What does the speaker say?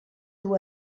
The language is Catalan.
dur